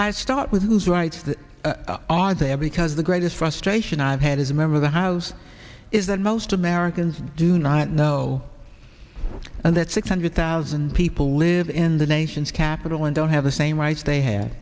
i start with those rights that are there because the greatest frustration i've had as a member of the house is that most americans do not know that six hundred thousand people live in the nation's capital and don't have the same rights they have